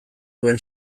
duen